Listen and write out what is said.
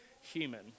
human